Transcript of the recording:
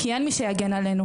כי אין מי שיגן עלינו.